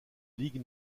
ligue